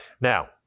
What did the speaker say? Now